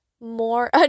more